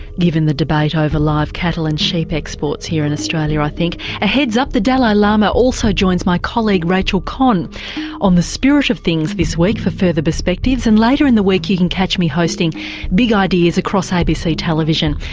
given the debate over live cattle and sheep exports here in australia, i think. a heads-up, the dalai lama also joins my colleague rachael kohn on the spirit of things this week for further perspectives, and later in the week you can catch me hosting big ideas across abc television,